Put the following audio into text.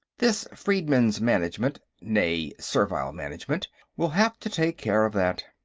this freedmen's management, nee servile management, will have to take care of that.